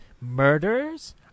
murders